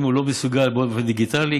אם הוא לא מסוגל באופן דיגיטלי,